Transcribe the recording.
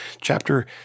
chapter